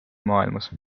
maailmas